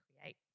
create